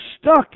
stuck